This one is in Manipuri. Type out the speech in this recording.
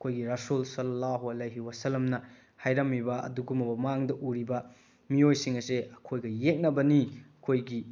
ꯑꯩꯈꯣꯏꯒꯤ ꯔꯥꯁꯨꯜ ꯁꯜꯂꯥ ꯍꯨꯋꯥ ꯂꯍꯤꯋꯥꯁꯂꯝꯅ ꯍꯥꯏꯔꯝꯃꯤꯕ ꯑꯗꯨꯒꯨꯝꯂꯕ ꯃꯥꯡꯗ ꯎꯔꯤꯕ ꯃꯤꯑꯣꯏꯁꯤꯡ ꯑꯁꯦ ꯑꯩꯈꯣꯏꯒ ꯌꯦꯛꯅꯕꯅꯤ ꯑꯩꯈꯣꯏꯒꯤ